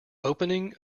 opening